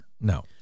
No